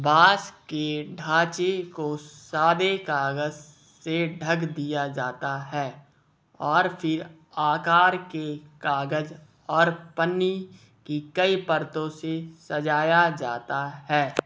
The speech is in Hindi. बाँस के ढाँचे को सादे कागज़ से ढक दिया जाता है और फिर आकार के कागज़ और पन्नी की कई परतों से सजाया जाता है